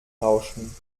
tauschen